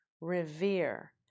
revere